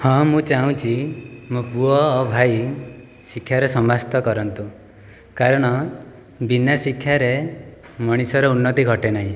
ହଁ ମୁଁ ଚାହୁଁଛି ମୋ ପୁଅ ଆଉ ଭାଇ ଶିକ୍ଷାରେ ସମାପ୍ତ କରନ୍ତୁ କାରଣ ବିନା ଶିକ୍ଷାରେ ମଣିଷର ଉନ୍ନତି ଘଟେ ନାହିଁ